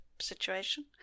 situation